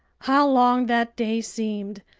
how long that day seemed,